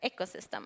ecosystem